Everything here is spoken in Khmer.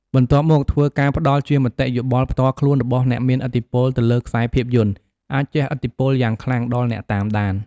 បន្ទាប់មកធ្វើការផ្ដល់ជាមតិយោបល់ផ្ទាល់ខ្លួនរបស់អ្នកមានឥទ្ធិពលទៅលើខ្សែភាពយន្ត អាចជះឥទ្ធិពលយ៉ាងខ្លាំងដល់អ្នកតាមដាន ។